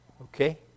Okay